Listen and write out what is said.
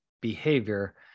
behavior